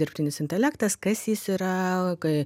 dirbtinis intelektas kas jis yra kai